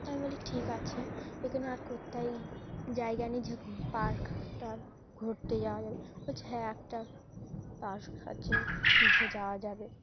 আমি বলি ঠিক আছে এখানে আর কোথাও জায়গা নেই যে পার্ক টার্ক ঘুরতে যাওয়া যাবে বলছে হ্যাঁ একটা পার্ক আছে যে যাওয়া যাবে